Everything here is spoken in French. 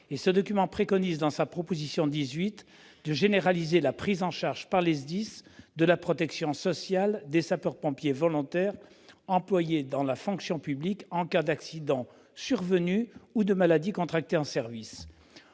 elle préconise- c'est la proposition 18 -de généraliser la prise en charge par les SDIS de la protection sociale des sapeurs-pompiers volontaires employés dans la fonction publique en cas d'accident survenu ou de maladie contractée en service.